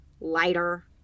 lighter